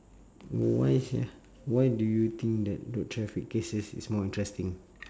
why sia why do you think that the traffic cases is more interesting